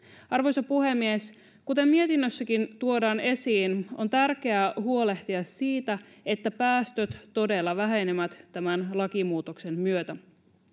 arvoisa puhemies kuten mietinnössäkin tuodaan esiin on tärkeää huolehtia siitä että päästöt todella vähenevät tämän lakimuutoksen myötä